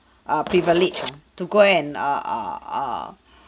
err privilege ah to go and err err err